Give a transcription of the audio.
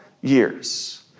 years